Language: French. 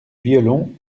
violon